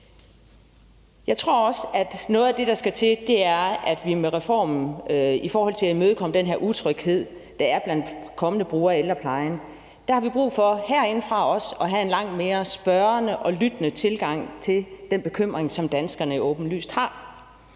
Jeg tror også, at noget af det, der skal til, er, at vi herindefra, i forhold til med reformen at imødekomme den utryghed, der er blandt kommende brugere af ældreplejen, har en langt mere spørgende og lyttende tilgang til den bekymring, som danskerne jo åbenlyst har.